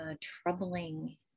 troubling